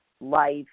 life